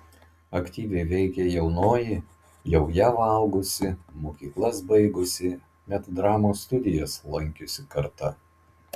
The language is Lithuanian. aktyviai veikė jaunoji jau jav augusi mokyklas baigusi net dramos studijas lankiusi karta